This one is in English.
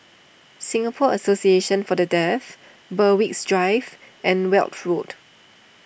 Singapore Association for the Deaf Berwick Drive and Weld Road